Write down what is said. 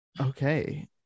Okay